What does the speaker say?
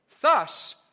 Thus